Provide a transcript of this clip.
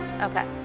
Okay